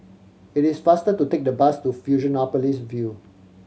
it is faster to take the bus to Fusionopolis View